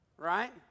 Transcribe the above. right